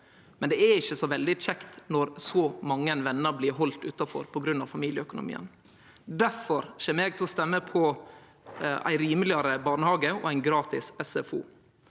men det er ikkje så veldig kjekt når så mange vener blir haldne utanfor på grunn av familieøkonomien. Difor kjem eg til å stemme på rimelegare barnehage og gratis SFO.